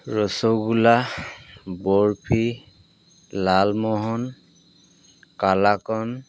rasgulla barfi lalmohan kalakand